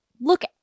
look